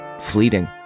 fleeting